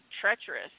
treacherous